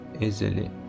easily